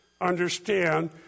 understand